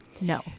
No